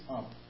up